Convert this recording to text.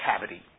cavity